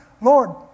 Lord